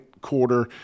quarter